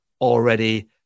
already